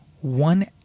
One